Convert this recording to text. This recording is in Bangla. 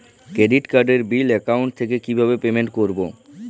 ক্রেডিট কার্ডের বিল অ্যাকাউন্ট থেকে কিভাবে পেমেন্ট করবো?